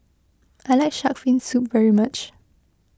I like Shark's Fin Soup very much